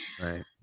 right